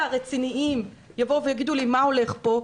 הרציניים יבואו וישאלו אותו מה הולך כאן,